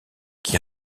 qui